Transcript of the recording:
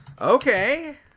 Okay